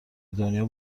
دنیا